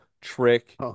trick